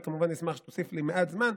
אני כמובן אשמח שתוסיף לי מעט זמן,